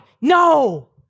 No